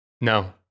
no